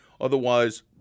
Otherwise